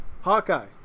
Hawkeye